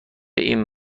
این